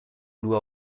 nur